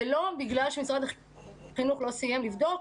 זה לא בגלל שמשרד החינוך לא סיים לבדוק